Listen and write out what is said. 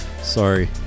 Sorry